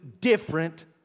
different